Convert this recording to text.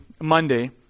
Monday